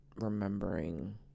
remembering